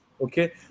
Okay